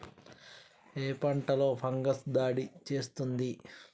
ఏ పంటలో ఫంగస్ దాడి చేస్తుంది?